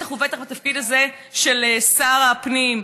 ובטח ובטח בתפקיד הזה של שר הפנים.